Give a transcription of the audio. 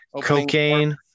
Cocaine